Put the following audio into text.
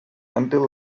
until